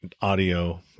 audio